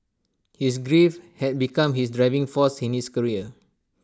his grief had become his driving force in his career